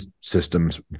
systems